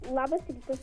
labas rytas